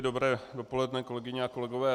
Dobré dopoledne, kolegyně a kolegové.